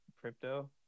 Crypto